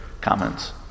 comments